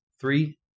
Three